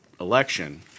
election